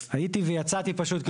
אז הייתי ויצאתי פשוט.